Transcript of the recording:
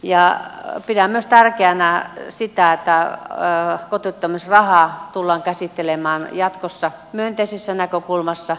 pidän myös tärkeänä sitä että kotiuttamisrahaa tullaan käsittelemään jatkossa myönteisessä näkökulmassa